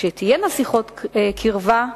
שתהיינה שיחות קרבה,